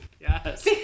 Yes